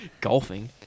golfing